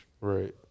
Right